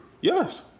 Yes